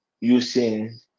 using